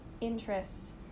interest